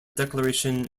declaration